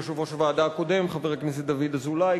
ליושב-ראש הוועדה הקודם חבר הכנסת דוד אזולאי,